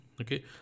okay